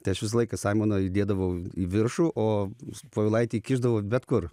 tai aš visą laiką saimoną įdėdavau į viršų o povilaitį įkišdavau bet kur